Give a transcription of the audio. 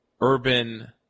urban